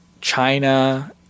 china